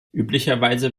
üblicherweise